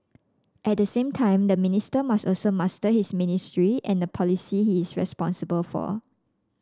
at the same time the minister must also master his ministry and the policy he is responsible for